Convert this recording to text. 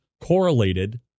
correlated